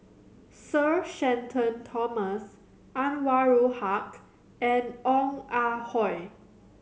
Sir Shenton Thomas Anwarul Haque and Ong Ah Hoi